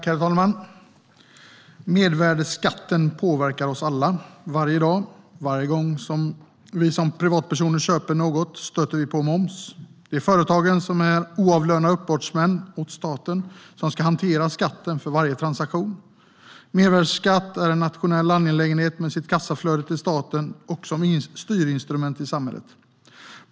Herr talman! Mervärdesskatten påverkar oss alla, varje dag. Varje gång vi som privatpersoner köper något stöter vi på moms. Det är företagen som är en oavlönad uppbördsman åt staten och ska hantera skatten för varje transaktion. Mervärdesskatt är en nationell angelägenhet med sitt kassaflöde till staten och som styrinstrument i samhället.